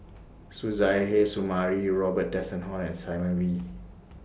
Suzairhe Sumari Robin Tessensohn and Simon Wee